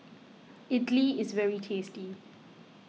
Idili is very tasty